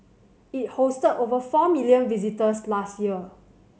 it hosted over four million visitors last year